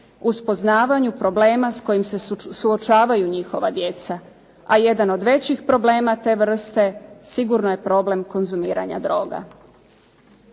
uz poznavanje problema s kojima se suočavaju njihova djeca, a jedan od većih problema te vrste sigurno je problem konzumiranja droga.